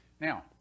Now